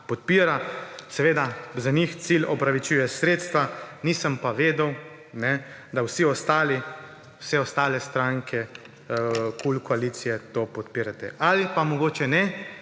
podpira. Seveda za njih cilj opravičuje sredstva, nisem pa vedel, da vse ostale stranke KUL koalicije to podpirate, ali pa mogoče ne,